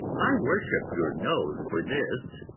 i worship your nose for this.